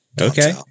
Okay